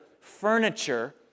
furniture